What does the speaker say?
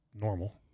normal